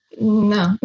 no